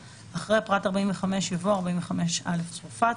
(5) אחרי פרט (45) יבוא: (45א) צרפת,